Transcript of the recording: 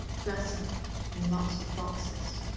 dresser, and lots of boxes.